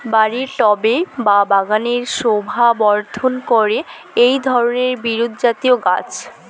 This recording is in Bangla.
বাড়ির টবে বা বাগানের শোভাবর্ধন করে এই ধরণের বিরুৎজাতীয় গাছ